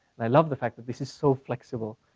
i love the fact that this is so flexible